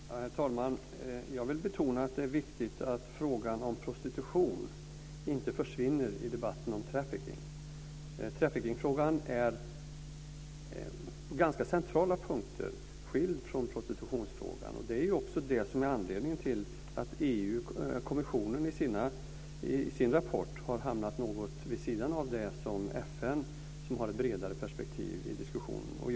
Herr talman! Jag vill betona att det är viktigt att frågan om prostitution inte försvinner i debatten om trafficking. Trafficking-frågan är på ganska centrala punkter skild från prostitutionsfrågan. Det är också det som är anledningen till att EU-kommissionen i sin rapport har hamnat något vid sidan av FN, som har ett bredare perspektiv i diskussionen.